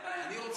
אין בעיה, ביקורת.